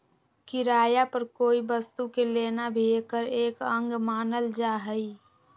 किराया पर कोई वस्तु के लेना भी एकर एक अंग मानल जाहई